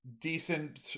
decent